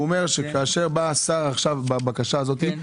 הוא אומר שכאשר בא שר עכשיו בבקשה הזאתי,